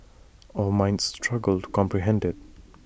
our minds struggle to comprehend IT